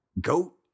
goat